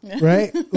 right